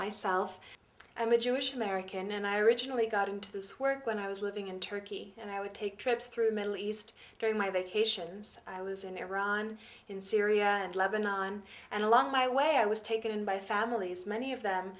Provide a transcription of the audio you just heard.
myself i'm a jewish american and i originally got into this work when i was living in turkey and i would take trips through middle east during my vacations i was in iran in syria and lebanon and along my way i was taken in by families many of them